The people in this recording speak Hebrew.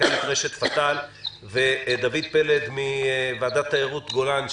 מנכ"לית רשת פתאל ודוד פלד מוועדת תיירות גולן,